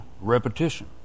repetition